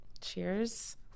Cheers